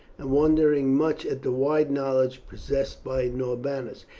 and wondering much at the wide knowledge possessed by norbanus.